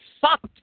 sucked